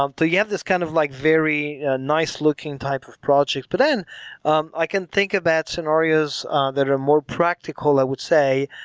um you have this kind of like very nice looking type of project. but then um i can think about scenarios that are more practical, i would say,